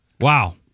Wow